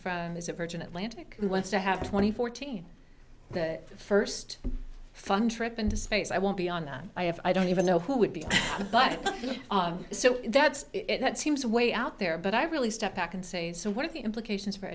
from is it virgin atlantic who wants to have twenty fourteen first fun trip into space i won't be on that i have i don't even know who would be the but so that's that seems way out there but i really step back and say so what are the implications for